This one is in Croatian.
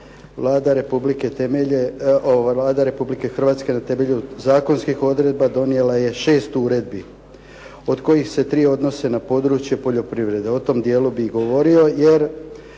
Vlada Republike Hrvatske na temelju zakonskih odredba donijela je šest uredbi od kojih se tri odnose na područje poljoprivrede. O tom dijelu bih i govorio jer